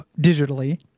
digitally